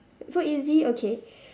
so easy okay